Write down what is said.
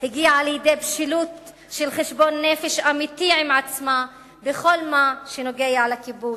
הגיעה לידי בשלות של חשבון נפש אמיתי עם עצמה בכל מה שנוגע לכיבוש.